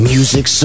Music